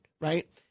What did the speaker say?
right